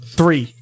Three